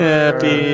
Happy